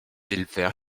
éleveurs